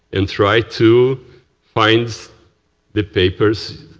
and try to find the papers,